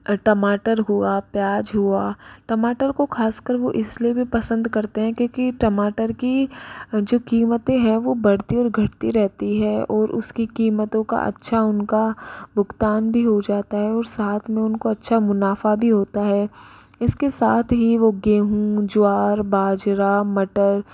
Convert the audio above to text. टमाटर हुआ प्याज हुआ टमाटर को ख़ास कर वह इसलिए भी पसंद करते हैं क्योंकि टमाटर की जो कीमतें हैं वह बढ़ती और घटती रहती है और उसकी कीमतों का अच्छा उनका भुगतान भी हो जाता है और साथ में उनको अच्छा मुनाफा भी होता है इसके साथ ही वह गेहूँ ज्वार बाजरा मटर